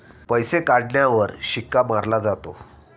पैसे काढण्यावर शिक्का मारला जातो